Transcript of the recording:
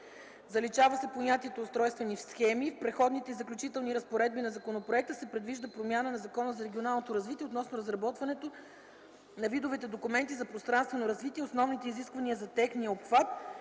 Заличава се понятието „устройствени схеми”. В Преходните и заключителните разпоредби на законопроекта се предвижда промяна на Закона за регионалното развитие относно разработването на видовете документи за пространствено развитие, основните изисквания за техния обхват